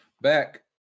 back